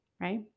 right